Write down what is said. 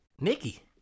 Nikki